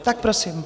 Tak prosím.